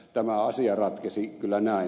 tämä asia ratkesi kyllä näin